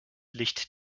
licht